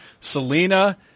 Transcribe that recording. Selena